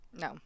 no